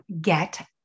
get